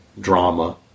drama